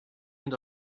end